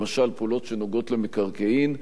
למשל פעולות שנוגעות למקרקעין,